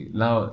now